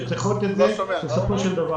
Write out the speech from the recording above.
אלא מגיעים לאוכלוסיות שצריכות את זה בסופו של דבר.